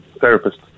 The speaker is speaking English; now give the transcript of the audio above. therapist